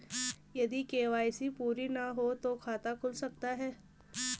यदि के.वाई.सी पूरी ना हो तो खाता खुल सकता है?